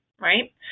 right